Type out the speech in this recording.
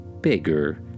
bigger